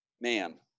man